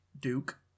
Duke